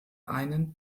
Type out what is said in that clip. einen